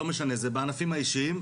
בענפים האישיים,